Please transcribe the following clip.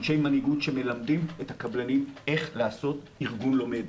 אנשי מנהיגות שמלמדים את הקבלנים איך ל עשות ארגון לומד,